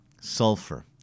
Sulfur